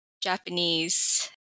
Japanese